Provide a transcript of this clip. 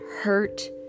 hurt